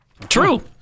true